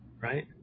right